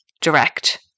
direct